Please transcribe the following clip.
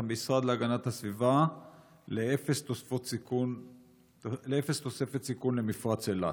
המשרד להגנת הסביבה ל"אפס תוספת סיכון למפרץ אילת".